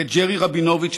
ג'רי רבינוביץ,